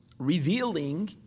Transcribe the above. Revealing